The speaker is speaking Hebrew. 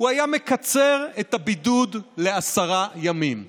הוא היה מקצר את הבידוד לעשרה ימים.